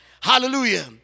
Hallelujah